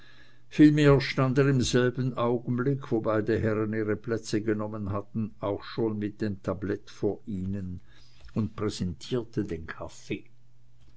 vielmehr stand er im selben augenblick wo beide herren ihre plätze genommen hatten auch schon mit dem tablett vor ihnen und präsentierte den kaffee